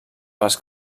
pels